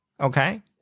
Okay